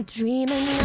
Dreaming